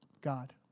God